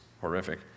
horrific